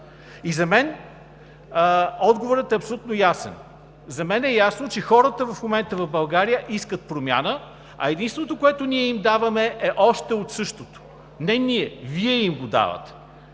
За мен отговорът е абсолютно ясен. За мен е ясно, че хората в България в момента искат промяна, а единственото, което ние им даваме, е още от същото. Не ние – Вие им го давате.